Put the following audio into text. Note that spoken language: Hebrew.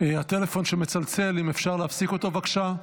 הטלפון שמצלצל, אפשר להפסיק אותו, בבקשה?